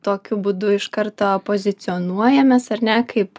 tokiu būdu iš karto pozicionuojamės ar ne kaip